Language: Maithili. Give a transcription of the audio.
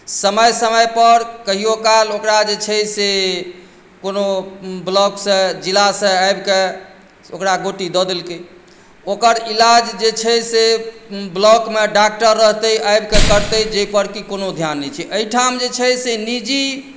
समय समय पर कहियो काल ओकरा जे छै से कोनो ब्लॉकसँ जिलासँ आबि कऽ से ओकरा गोटी दऽ देलकै ओकर इलाज जे छै से ब्लॉकमे डाक्टर रहतै आबि कऽ करतै जाहि प्रति कोनो ध्यान नहि छै एहिठाम जे छै से निजी